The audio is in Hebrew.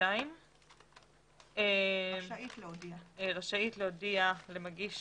רשאית להודיע למגיש